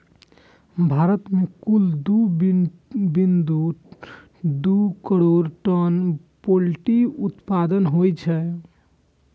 भारत मे कुल दू बिंदु दू करोड़ टन पोल्ट्री उत्पादन होइ छै